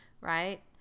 right